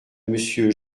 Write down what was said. monsieur